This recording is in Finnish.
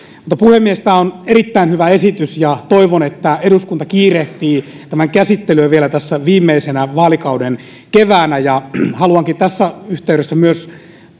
puhemies tämä on erittäin hyvä esitys ja toivon että eduskunta kiirehtii tämän käsittelyä vielä tässä vaalikauden viimeisenä keväänä haluankin tässä yhteydessä myös